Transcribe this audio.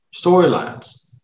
storylines